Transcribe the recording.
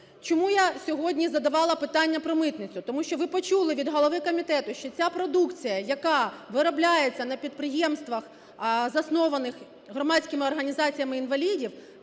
Чому я сьогодні задавала питання про митницю? Тому що ви почули від голови комітету, що ця продукція, яка виробляється на підприємствах, заснованих громадськими організаціями інвалідів,